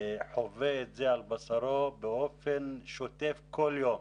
שחווה את זה על בשרו באופן שוטף כל יום.